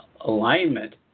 alignment